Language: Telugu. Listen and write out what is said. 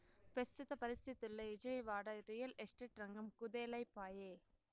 పెస్తుత పరిస్తితుల్ల ఇజయవాడ, రియల్ ఎస్టేట్ రంగం కుదేలై పాయె